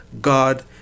God